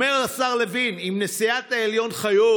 אומר השר לוין: אם נשיאת העליון חיות